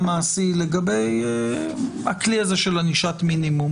מעשי לגבי הכלי הזה של ענישת מינימום.